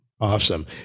Awesome